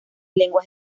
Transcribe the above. lenguas